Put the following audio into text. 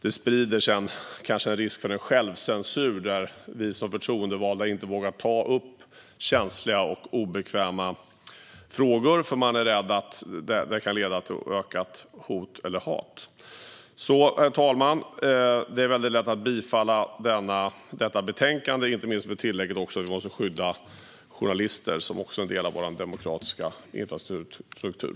Det leder också till en risk för självcensur, till att förtroendevalda inte vågar ta upp känsliga och obekväma frågor eftersom man är rädd för att det kan leda till ökat hot eller hat. Herr talman! Det är lätt att yrka bifall till förslaget i detta betänkande, inte minst tillägget att journalister också måste skyddas. De är också en del av vår demokratiska infrastruktur.